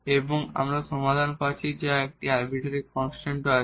এবং আমরা সমাধান পাচ্ছি যা একটি আরবিটারি কনস্ট্যান্টও রয়েছে